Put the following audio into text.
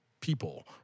People